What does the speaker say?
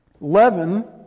Leaven